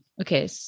Okay